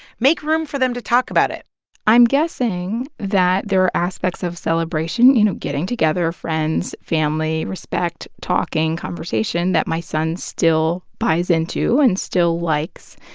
make room for them to talk about it i'm guessing that there are aspects of celebration you know, getting together, friends, family, respect, talking, conversation that my son still buys into and still likes.